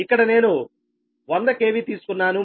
ఇక్కడ నేను 100 KV తీసుకున్నాను